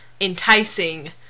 enticing